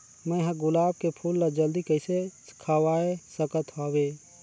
मैं ह गुलाब के फूल ला जल्दी कइसे खवाय सकथ हवे?